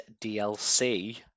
DLC